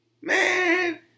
Man